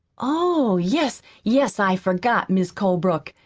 oh, yes, yes, i forgot, mis' colebrook,